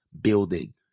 building